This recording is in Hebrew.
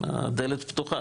הדלת פתוחה.